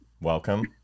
Welcome